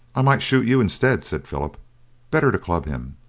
i might shoot you instead, said philip better to club him.